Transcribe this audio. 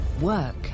work